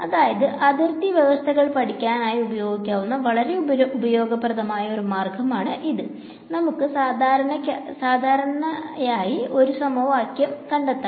അതായത് അതിർദി വ്യവസ്ഥകൾ പഠിക്കാനായി ഉപയോഗിക്കാവുന്ന വളരെ ഉപയോഗപ്രദമായ ഒരു മാർഗമാണ് ഇത് നമുക്ക് സാധാരണക്കായി ഒരു സമവാക്യം കണ്ടെത്തണം